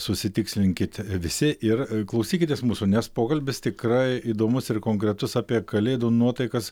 susitikslinkit visi ir klausykitės mūsų nes pokalbis tikrai įdomus ir konkretus apie kalėdų nuotaikas